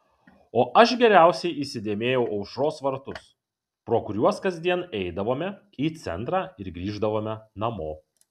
o aš geriausiai įsidėmėjau aušros vartus pro kuriuos kasdien eidavome į centrą ir grįždavome namo